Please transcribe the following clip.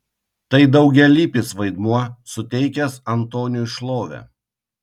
tai daugialypis vaidmuo suteikęs antoniui šlovę